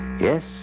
Yes